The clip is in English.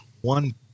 one